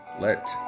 Let